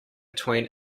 between